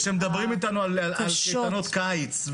כשמדברים איתנו על קייטנות קיץ,